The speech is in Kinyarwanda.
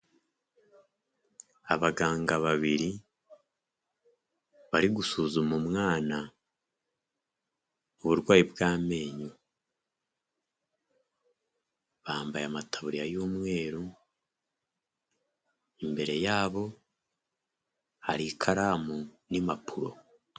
Abaganga babiri bari gusuzuma umwana uburwayi bw'amenyo, bambaye amataburiya y'umweru, imbere yabo hari ikaramu n'impapuro.